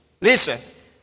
Listen